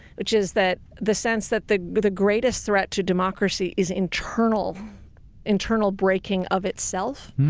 which is that the sense that the the greatest threat to democracy is internal internal breaking of itself.